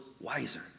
wiser